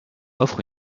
offre